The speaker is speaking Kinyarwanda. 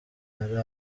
hari